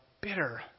bitter